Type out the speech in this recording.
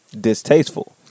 distasteful